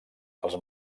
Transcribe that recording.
els